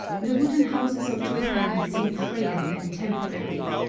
the wooden houses of japan seem frail and temporary,